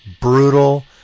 brutal